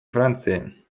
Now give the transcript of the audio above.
франции